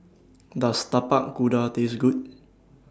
Does Tapak Kuda Taste Good